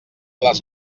les